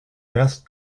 best